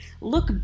look